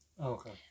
Okay